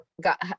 got